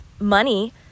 money